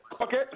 Okay